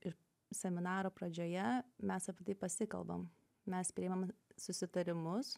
ir seminaro pradžioje mes apie tai pasikalbam mes priimam susitarimus